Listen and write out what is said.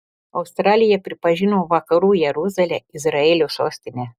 australija pripažino vakarų jeruzalę izraelio sostine